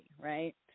right